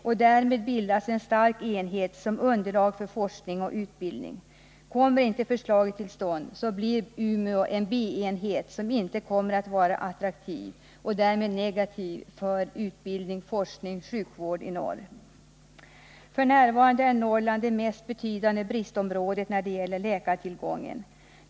Och därmed bildas en stark enhet som underlag för forskning och utbildning. Kommer inte förslaget att genomföras blir Umeå en b-enhet som inte kommer att vara attraktiv, vilket medför negativa effekter för utbildning, forskning och sjukvård i norr. F.n. är Norrland det mest betydande bristområdet när det gäller läkartillgången.